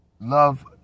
love